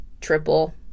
triple